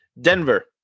Denver